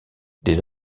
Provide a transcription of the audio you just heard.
des